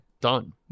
Done